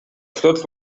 flotte